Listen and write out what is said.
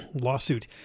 lawsuit